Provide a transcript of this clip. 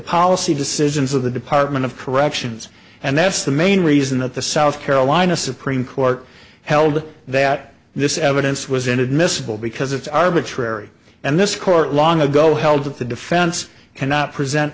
policy decisions of the department of corrections and that's the main reason that the south carolina supreme court held that this evidence was inadmissible because it's arbitrary and this court long ago held that the defense cannot present